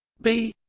b